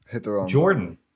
Jordan